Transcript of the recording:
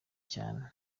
cyane